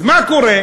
אז מה קורה?